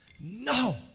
No